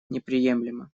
неприемлемо